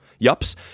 Yups